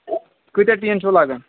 کأتیاہ ٹیٖن چھُو لگان